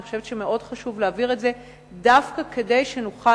אני חושבת שמאוד חשוב להעביר את זה דווקא כדי שנוכל,